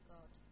God